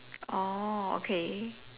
oh okay